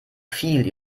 viel